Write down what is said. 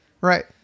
Right